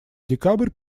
декабрь